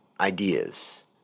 ideas